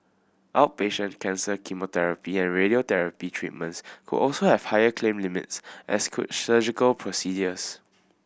outpatient cancer chemotherapy and radiotherapy treatments could also have higher claim limits as could surgical procedures